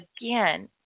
again